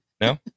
No